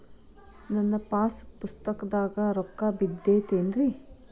ನನ್ನ ಪಾಸ್ ಪುಸ್ತಕದಾಗ ರೊಕ್ಕ ಬಿದ್ದೈತೇನ್ರಿ?